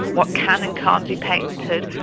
what can and can't be patented,